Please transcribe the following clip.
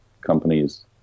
companies